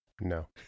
no